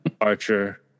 archer